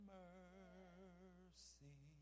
mercy